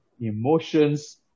emotions